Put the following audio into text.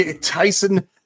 Tyson